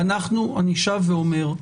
אני שב ואומר,